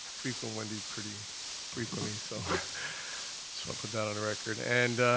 frequent wendy's pretty frequently, so so put that on the record and,